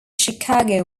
chicago